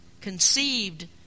conceived